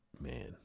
man